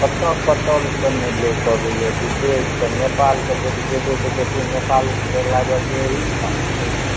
कतऽ कतऽसँ नहि लोक अबैयऽ विदेशसँ नेपालके लोक जेबय तऽ देखबय नेपाल लागल जे अहिठाम छै